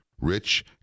Rich